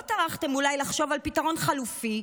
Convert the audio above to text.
לא טרחתם אולי לחשוב על פתרון חלופי.